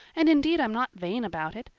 and indeed i'm not vain about it.